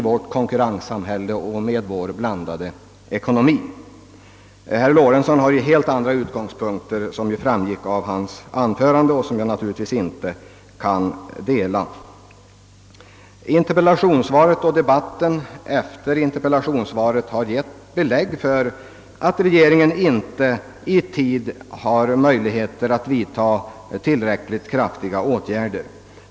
Herr Lorentzon har, vilket framgick av hans anförande, helt andra utgångspunkter, som jag naturligtvis inte kan ansluta mig till. Interpellationssvaret och debatten med anledning härav har gett belägg för att regeringen inte har möjligheter att i tid vidta tillräckligt kraftiga åtgärder.